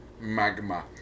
Magma